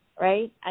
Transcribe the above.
right